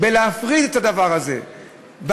להפריד את הדבר הזה,